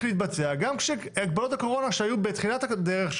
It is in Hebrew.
להתבצע גם כשהגבלות הקורונה שהיו בתחילת הדרך,